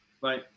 Bye